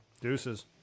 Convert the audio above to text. Deuces